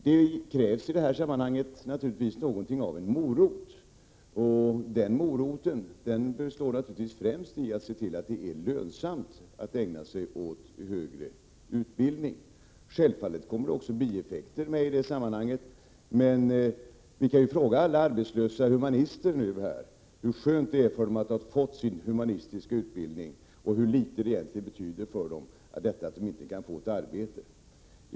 Det krävs i det här sammanhanget någonting av en morot, och den moroten består naturligtvis främst i att det är lönsamt att ägna sig åt högre utbildning. Självfallet kommer också bieffekter med i det sammanhanget. Men vi kan ju nu tala om för alla arbetslösa humanister hur skönt det är för dem att ha fått sin humanistiska utbildning och hur litet det egentligen betyder för dem att de inte kan få ett arbete.